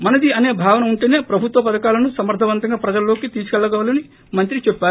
మనది అసే భావన ఉంటేనే ప్రభుత్వ పథకాలను సమర్గవంతంగా ప్రజల్లోకి తీసుకెళ్లగలమని మంత్రి చెప్పారు